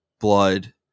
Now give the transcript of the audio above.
blood